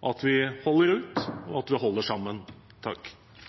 at vi holder ut,